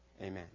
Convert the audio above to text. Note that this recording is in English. Amen